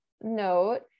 note